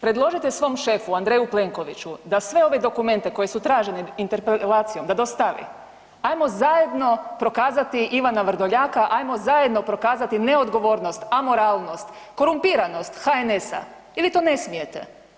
Predložite svom šefu Andreju Plenkoviću da sve ove dokumente koji su traženi interpelacijom da dostavi, ajmo zajedno prokazati Ivana Vrdoljaka, ajmo zajedno prokazati neodgovornost, amoralnost, korumpiranost HNS-a ili to ne smijete.